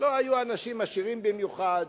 לא היו אנשים עשירים במיוחד,